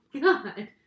God